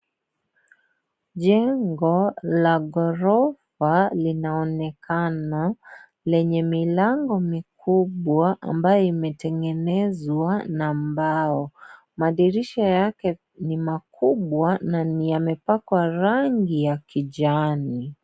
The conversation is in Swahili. Jengo la ghorofa linaonekana, lenye milango mikubwa, ambayo imetengenezwa na mbao. Madirisha yake ni makubwa na yamepakwa rangi ya kijani.